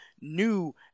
new